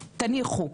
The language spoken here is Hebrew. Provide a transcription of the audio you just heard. ותניחו.